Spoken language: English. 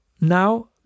now